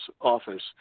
office